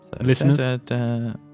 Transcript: Listeners